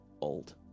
old